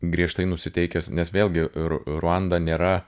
griežtai nusiteikęs nes vėlgi ru ruanda nėra